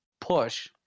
push